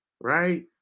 right